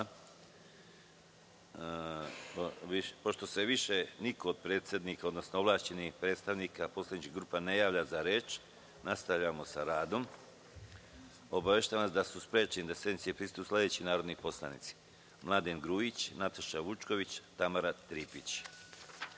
Pošto se više niko od predsednika, odnosno ovlašćenih predstavnika poslaničkih grupa ne javlja za reč, nastavljamo sa radom. Obaveštavam da su sprečeni da sednici prisustvuju sledeći narodni poslanici: Mladen Grujić, Nataša Vučković, Tamara